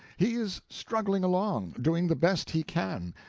he is struggling along, doing the best he can,